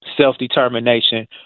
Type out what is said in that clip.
Self-determination